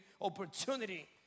opportunity